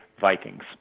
Vikings